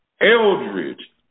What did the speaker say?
Eldridge